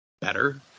better